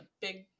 big